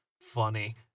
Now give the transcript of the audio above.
funny